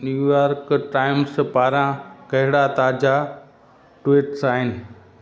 New York Times पारां कहिड़ा ताज़ा ट्विट्स आहिनि